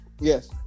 yes